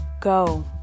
go